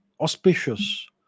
auspicious